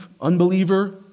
unbeliever